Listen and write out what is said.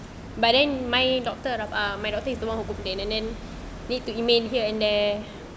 but then my doctor my doctor is the one who complain and then need to remain here and there